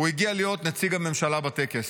הוא הגיע להיות נציג הממשלה בטקס.